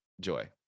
Joy